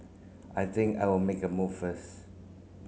I think I will make a move first